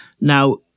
Now